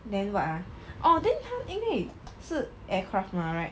then what ah oh then 因为它是 aircraft mah right